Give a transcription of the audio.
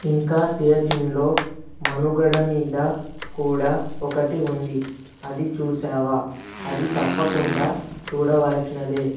ఇంకా సియాచిన్లో మనుగడ మీద కూడా ఒకటి ఉంది అది చూసావా అది తప్పకుండా చూడవలసినదే